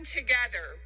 together